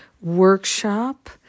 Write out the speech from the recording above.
workshop